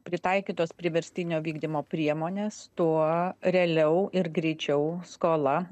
pritaikytos priverstinio vykdymo priemonės tuo realiau ir greičiau skola